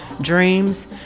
dreams